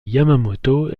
yamamoto